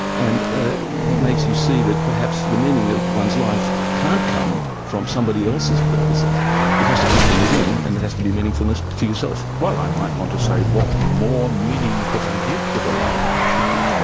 and he makes you see that perhaps the meaning of one's life can't come from somebody else's purposes it has to come from within, and it has to be meaningfulness to yourself. well, i might want to say what more meaning could i give to the life of a chicken than